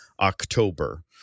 October